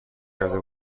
کرده